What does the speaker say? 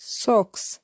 socks